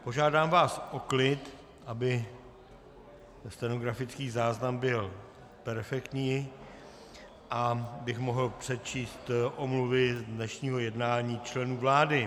Požádám vás o klid, aby stenografický záznam byl perfektní, abych mohl přečíst omluvy z dnešního jednání členů vlády.